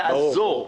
ברור.